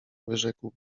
wyrzekł